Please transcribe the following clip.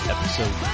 Episode